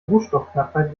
rohstoffknappheit